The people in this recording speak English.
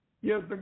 Yes